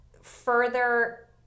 further